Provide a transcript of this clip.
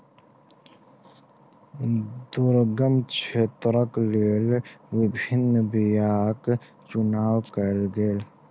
दुर्गम क्षेत्रक लेल विभिन्न बीयाक चुनाव कयल गेल